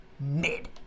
mid